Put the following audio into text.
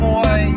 Boy